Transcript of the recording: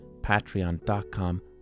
patreon.com